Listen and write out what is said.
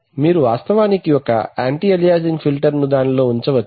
మీరు వాస్తవానికి ఒక యాంటీ అలియాసింగ్ ఫిల్టర్ను దానిలో ఉంచవచ్చు